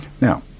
Now